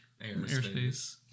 Airspace